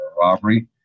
robbery